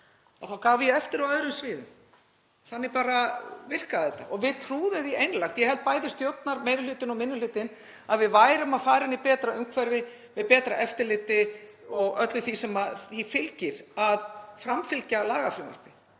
Þá gaf ég eftir á öðrum sviðum. Þannig virkaði þetta bara. Við trúðum því einlægt, ég held bæði stjórnarmeirihluti og minni hlutinn, að við værum að fara inn í betra umhverfi með betra eftirliti og öllu því sem því fylgir að framfylgja lagafrumvarpi.